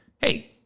Hey